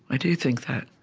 i do think that.